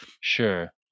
sure